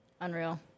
Unreal